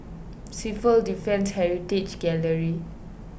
Civil Defence Heritage Gallery